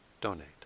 donate